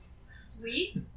sweet